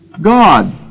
God